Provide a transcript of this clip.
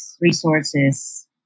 resources